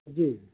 जी